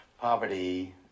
poverty